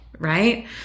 right